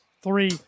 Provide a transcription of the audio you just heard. three